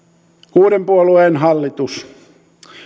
kuuden puolueen hallitus